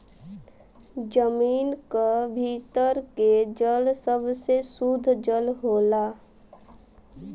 जमीन क भीतर के जल सबसे सुद्ध जल होला